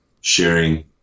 sharing